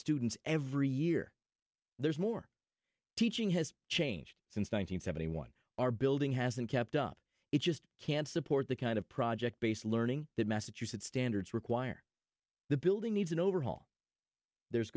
students every year there's more teaching has changed since one nine hundred seventy one are building hasn't kept up it just can't support the kind of project based learning that massachusetts standards require the building needs an overhaul there's